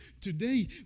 Today